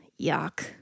yuck